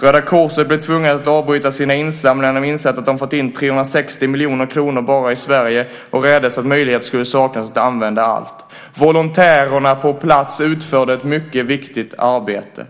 Röda Korset blev tvunget att avbryta sina insamlingar när de insett att de fått in 360 miljoner kronor bara i Sverige och räddes att möjligheter skulle saknas att använda allt. Volontärerna på plats utförde ett mycket viktigt arbete.